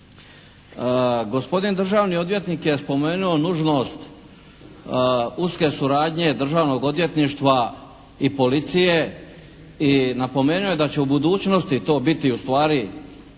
Gospodin državni odvjetnik je spomenuo nužnost uske suradnje Državnog odvjetništva i Policije i napomenuo je da će u budućnosti to biti ustvari nešto